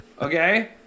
okay